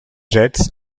jets